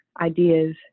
ideas